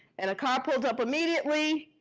and a car pulled up immediately,